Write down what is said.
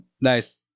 Nice